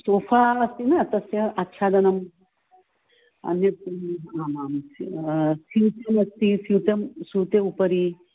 sofa अस्ति न तस्य आच्छादनम् अन्यत् किम् आमां सिञ्चनं सि सीतं सूते उपरि